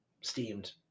steamed